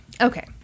Okay